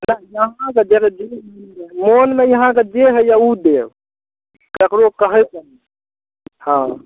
मोनमे अहाँके जे होइ यऽ ओ देब ककरो कहै के नहि हँ